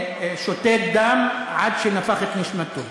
שתת דם עד שנפח את נשמתו.